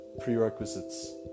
prerequisites